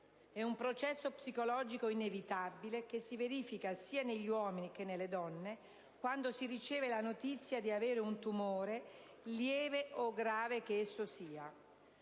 è un processo psicologico inevitabile che si verifica sia negli uomini che nelle donne quando ricevono la notizia di avere un tumore, lieve o grave che sia.